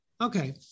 Okay